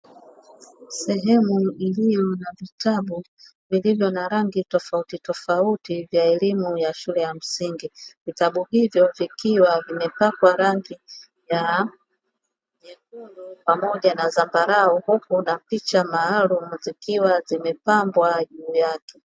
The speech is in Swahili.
Sehemu iliyo na vitabu vilivyo na rangi tofauti tofauti vya elimu ya shule ya msingi. Vitabu hivyo vikiwa vimepakwa rangi nyekundu pamoja na zambarau, huku na picha maalumu zikiwa zimepambwa juu yake.